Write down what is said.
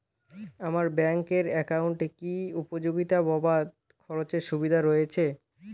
আমার ব্যাংক এর একাউন্টে কি উপযোগিতা বাবদ খরচের সুবিধা রয়েছে?